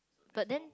but then